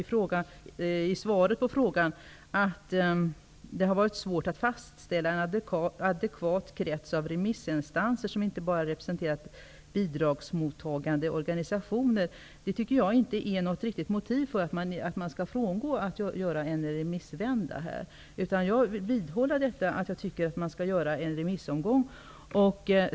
Lydelsen i svaret på frågan att det har varit svårt att fastställa en adekvat krets av remissinstanser som inte bara representerar bidragsmottagande organisationer utgör inte något riktigt motiv för att frångå en remissvända. Jag vidhåller att det skall ske en remissomgång.